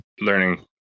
learning